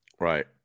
Right